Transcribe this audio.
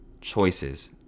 choices